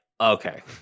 okay